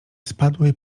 spadły